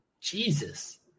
Jesus